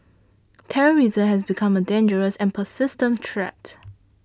terrorism has become a dangerous and persistent threat